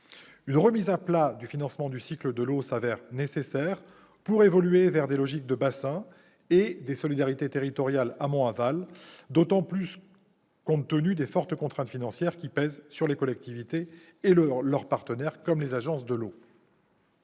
Une remise à plat du financement du cycle de l'eau s'avère nécessaire pour évoluer vers des logiques de bassin et des solidarités territoriales amont-aval, d'autant plus compte tenu des fortes contraintes financières qui pèsent sur les collectivités territoriales et leurs partenaires, comme les agences de l'eau.